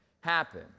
happen